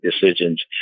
decisions